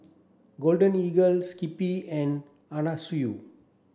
Golden Eagle Skippy and Anna Sui